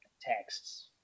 texts